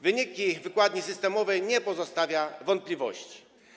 Wynik wykładni systemowej nie pozostawia wątpliwości.